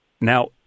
now